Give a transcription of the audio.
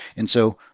and so